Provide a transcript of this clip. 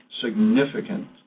significant